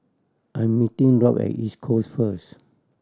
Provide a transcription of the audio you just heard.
I'm meeting Rob at East Coast first